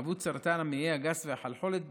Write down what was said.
ושל סרטן המעי הגס והחלחולת,